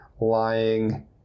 lying